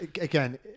again